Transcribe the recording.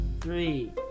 three